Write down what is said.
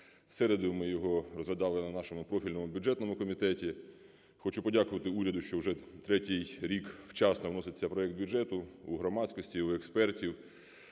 середу ми його розглядали на нашому профільному бюджетному комітеті. Хочу подякувати уряду, що вже третій рік вчасно вноситься проект бюджету. У громадськості, у експертів,